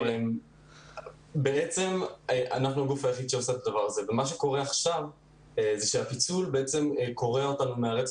מה שקורה עכשיו זה שהפיצול קורע אותנו מהרצף